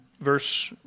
verse